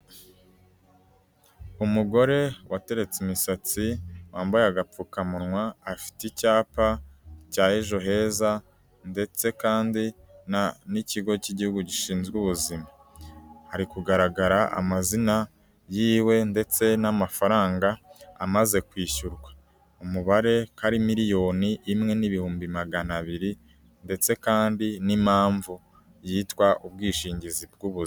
Umugore wateretse imisatsi, wambaye agapfukamunwa afite icyapa cya Ejoheza ndetse kandi n'ikigo cy'igihugu gishinzwe ubuzima hari kugaragara amazina yiwe ndetse n'amafaranga amaze kwishyurwa umubare kari miliyoni imwe n'ibihumbi magana abiri ndetse kandi n'impamvu yitwa ubwishingizi bw'ubuzima